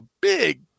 big